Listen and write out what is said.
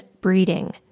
breeding